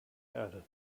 erde